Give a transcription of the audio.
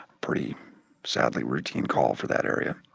pretty sadly routine call for that area.